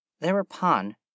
thereupon